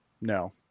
No